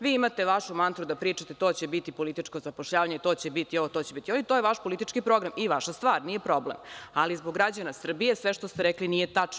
Vi imate vašu mantru da pričate to će biti političko zapošljavanje, to će biti ovo, to će biti ono, ali to je vaš politički program, i vaša stvar, nije problem, ali zbog građana Srbije, sve što ste rekli nije tačno.